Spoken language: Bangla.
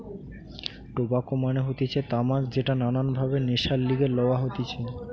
টোবাকো মানে হতিছে তামাক যেটা নানান ভাবে নেশার লিগে লওয়া হতিছে